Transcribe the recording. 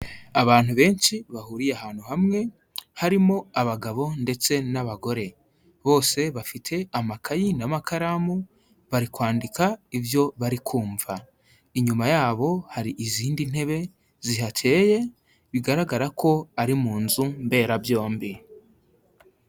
Abantu benshi bahuriye ahantu hamwe harimo abagabo ndetse n'abagore, bose bafite amakayi n'amakaramu bari kwandika ibyo bari kumva. Inyuma yabo hari izindi ntebe zihateye bigaragara ko ari mu nzu mberabyombi.